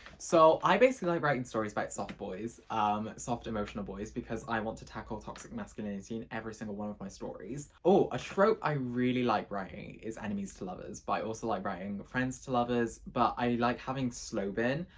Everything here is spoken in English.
so i basically like writing stories about soft boys. um soft emotional boys because i want to tackle toxic masculinity in every single one of my stories. oh a trope. i really like writing is enemies to lovers but i also like writing friends to lovers but i like having slowburn.